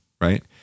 right